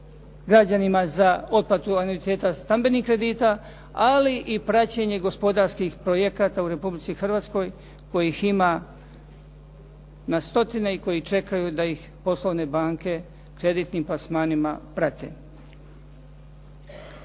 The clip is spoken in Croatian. građanima za otplatu anuiteta stambenih kredita ali i praćenje gospodarskih projekata u Republici Hrvatskoj kojih ima na stotine i koji čekaju da ih poslovne banke kreditnim plasmanima prate.